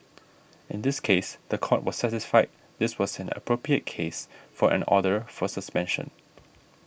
in this case the Court was satisfied this was an appropriate case for an order for suspension